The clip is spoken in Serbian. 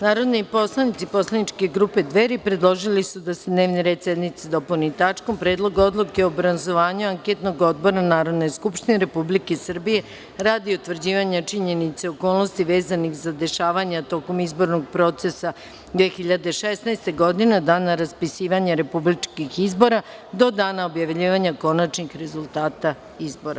Narodni poslanici poslaničke grupe Dveri predložili su da se dnevni red sednice dopuni tačkom – Predlog odluke o obrazovanju anketnog odbora Narodne skupštine Republike Srbije radi utvrđivanja činjenica i okolnosti vezanih za dešavanja tokom izbornog procesa 2016. godine, od dana raspisivanja republičkih izbora do dana objavljivanja konačnih rezultata izbora.